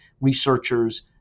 researchers